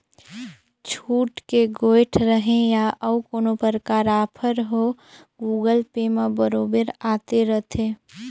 छुट के गोयठ रहें या अउ कोनो परकार आफर हो गुगल पे म बरोबर आते रथे